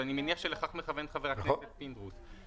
אז אני מניח שלכך מכוון חבר הכנסת פינדרוס --- לא.